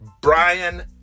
Brian